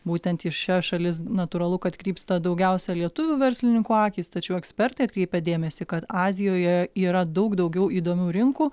būtent į šias šalis natūralu kad krypsta daugiausia lietuvių verslininkų akys tačiau ekspertai atkreipia dėmesį kad azijoje yra daug daugiau įdomių rinkų